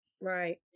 Right